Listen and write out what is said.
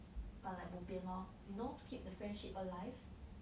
but like bo pian lor you know to keep the friendship alive